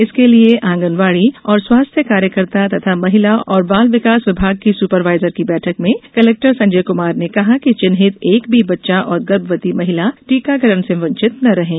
इसके लिये आंगनवाड़ी और स्वास्थ्य कार्यकर्ता तथा महिला एवं बाल विकास विभाग की सुपरवाईजर की बैठक में कलेक्टर संजय कुमार ने कहा कि चिन्हित एक भी बच्चा और गर्भवती महिला टीकाकरण से वंचित न रहें